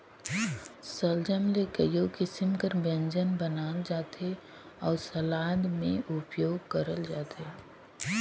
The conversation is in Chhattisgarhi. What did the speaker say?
सलजम ले कइयो किसिम कर ब्यंजन बनाल जाथे अउ सलाद में उपियोग करल जाथे